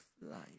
life